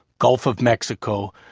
gulf of mexico,